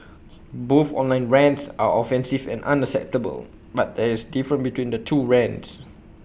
both online rants are offensive and unacceptable but there is different between the two rants